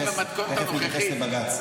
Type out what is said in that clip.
תכף נתייחס לבג"ץ.